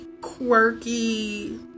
quirky